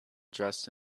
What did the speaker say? dressed